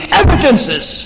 evidences